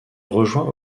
rejoint